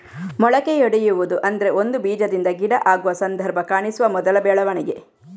ಮೊಳಕೆಯೊಡೆಯುವುದು ಅಂದ್ರೆ ಒಂದು ಬೀಜದಿಂದ ಗಿಡ ಆಗುವ ಸಂದರ್ಭ ಕಾಣಿಸುವ ಮೊದಲ ಬೆಳವಣಿಗೆ